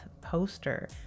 poster